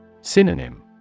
Synonym